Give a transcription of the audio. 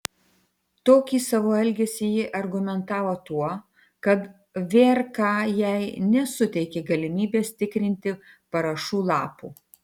tokį savo elgesį ji argumentavo tuo kad vrk jai nesuteikė galimybės tikrinti parašų lapų